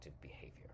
behavior